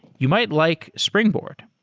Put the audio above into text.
you might like springboard.